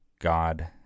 God